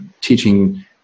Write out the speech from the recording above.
teaching